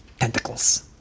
Tentacles